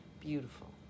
Beautiful